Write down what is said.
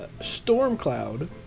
Stormcloud